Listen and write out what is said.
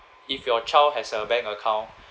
if your child has a bank account